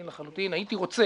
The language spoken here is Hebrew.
הייתי רוצה